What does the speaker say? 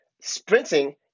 sprinting